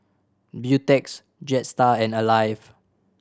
Beautex Jetstar and Alive